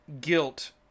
guilt